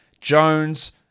Jones